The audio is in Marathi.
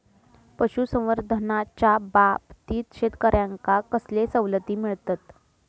पशुसंवर्धनाच्याबाबतीत शेतकऱ्यांका कसले सवलती मिळतत?